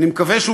אני מקווה שהוא